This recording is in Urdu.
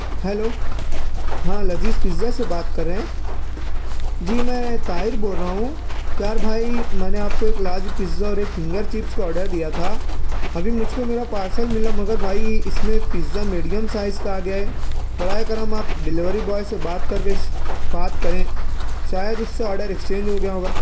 ہلو ہاں لذیذ پزا سے بات کر رے ہیں جی میں طاہر بول رہا ہوں یار بھائی میں نے آپ کو ایک لارج پزا اور فنگر چپس کا آڈر دیا تھا ابھی مجھ کو میرا پارسل ملا مگر بھائی اس میں پزا میڈیم سائز کا آ گیا ہے براہ کرم آپ ڈیلیوری بوائے سے بات کر کے بات کریں شاید اس سے آڈر اکسچینج ہو گیا ہوگا